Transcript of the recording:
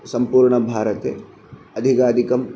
सम्पूर्णभारते अधिकाधिकम्